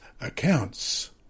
accounts